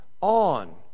on